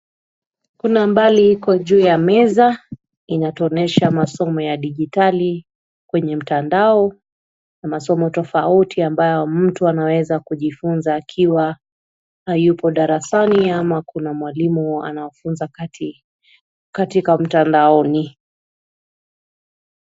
Kuna mbali iko juu ya meza, inatuonyesha masomo ya dijitali kwenye mtandao na masomo tofauti ambayo mtu anaeza kujifunza, akiwa hayupo darasani ama kuna mwalimu anawafunza kati katika mtandaoni.